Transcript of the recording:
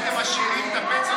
מילא הייתם משאירים את הפנסיות,